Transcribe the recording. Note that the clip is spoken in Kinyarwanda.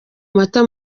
mata